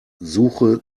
suche